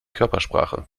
körpersprache